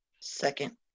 Second